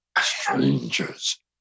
Strangers